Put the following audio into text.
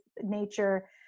nature